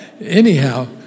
Anyhow